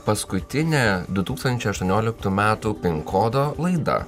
paskutinė du tūkstančiai aštuonioliktų metų pin kodo laida